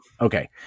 okay